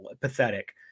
pathetic